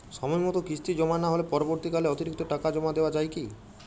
সময় মতো কিস্তি জমা না হলে পরবর্তীকালে অতিরিক্ত টাকা জমা দেওয়া য়ায় কি?